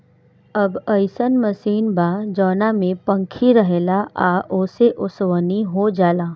अब अइसन मशीन बा जवना में पंखी रहेला आ ओसे ओसवनी हो जाला